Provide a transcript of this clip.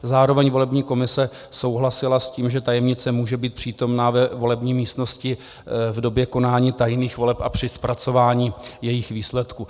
Zároveň volební komise souhlasila s tím, že tajemnice může být přítomna ve volební místnosti v době konání tajných voleb a při zpracování jejich výsledků.